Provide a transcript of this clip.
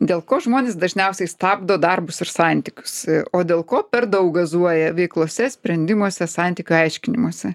dėl ko žmonės dažniausiai stabdo darbus ir santykius o dėl ko per daug gazuoja veiklose sprendimuose santykių aiškinimosi